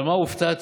אבל ממה הופתעתי?